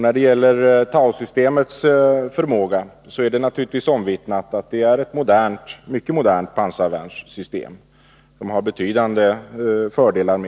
När det gäller TOW-systemets förmåga är det naturligtvis omvittnat att det är ett mycket modernt pansarvärnssystem, som har betydande fördelar.